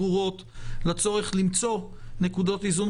גורמים יותר לתחלואה ותמותה בהשוואה לווריאנטים